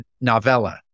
novella